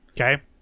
Okay